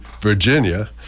Virginia